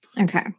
Okay